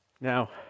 Now